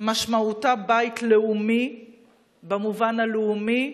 משמעותה בית לאומי במובן הלאומי,